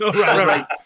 right